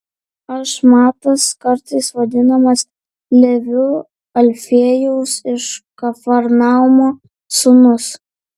aš matas kartais vadinamas leviu alfiejaus iš kafarnaumo sūnus